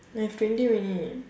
we have twenty minute